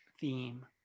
theme